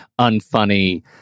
unfunny